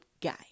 guy